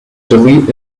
delete